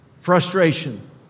frustration